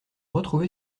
retrouver